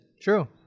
True